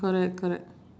correct correct